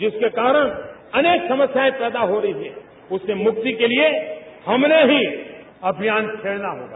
जिसके कारण अनेक समस्याएं पैदा हो रही हैं उससे मुक्ति के लिये हमने ही अभियान छेड़ना होगा